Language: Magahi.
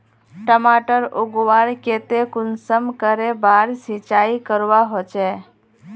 टमाटर उगवार केते कुंसम करे बार सिंचाई करवा होचए?